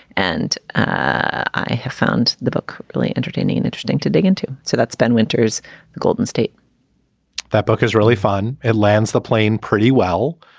and i have found the book really entertaining and interesting to dig into. so that's ben winters and golden state that book is really fun. it lands the plane pretty well.